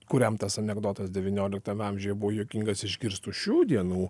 kuriam tas anekdotas devynioliktame amžiuje buvo juokingas išgirstu šių dienų